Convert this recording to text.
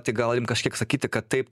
tai galim kažkiek sakyti kad taip